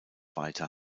weiter